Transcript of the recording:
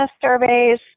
surveys